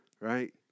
right